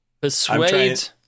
persuade